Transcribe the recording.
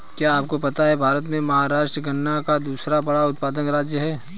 क्या आपको पता है भारत में महाराष्ट्र गन्ना का दूसरा बड़ा उत्पादक राज्य है?